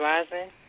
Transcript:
Rising